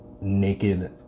naked